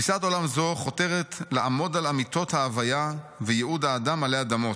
"תפיסת עולם זו חותרת 'לעמוד על אמיתות ההוויה וייעוד האדם עלי אדמות'